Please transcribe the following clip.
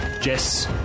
Jess